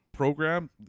program